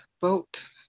vote